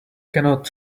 cannot